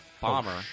Bomber